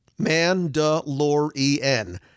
Mandalorian